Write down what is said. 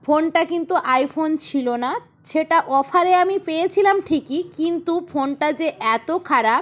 ফোনটা কিন্তু আইফোন ছিল না সেটা অফারে আমি পেয়েছিলাম ঠিকই কিন্তু ফোনটা যে এতো খারাপ